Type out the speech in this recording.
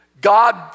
God